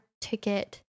ticket